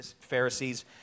Pharisees